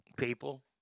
people